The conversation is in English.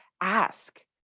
ask